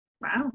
Wow